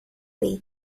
lee